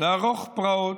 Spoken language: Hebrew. לערוך פרעות,